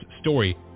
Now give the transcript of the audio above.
story